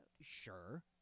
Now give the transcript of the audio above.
Sure